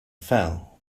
fell